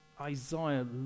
Isaiah